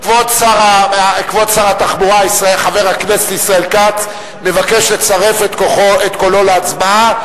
כבוד שר התחבורה חבר הכנסת ישראל כץ מבקש לצרף את קולו להצבעה.